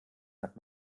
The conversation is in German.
hat